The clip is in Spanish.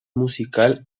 musical